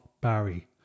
Barry